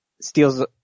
Steals